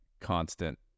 constant